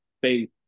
faith